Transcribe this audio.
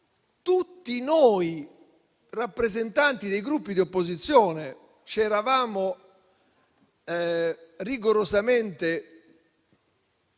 Tutti noi, rappresentanti dei Gruppi di opposizione, avevamo rigorosamente